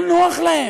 לא נוח להם,